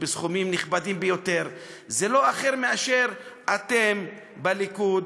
בסכומים נכבדים ביותר זה לא אחר מאשר אתם בליכוד,